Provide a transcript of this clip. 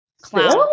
Clown